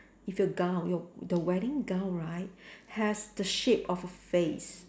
if your gown your the wedding gown right has the shape of a face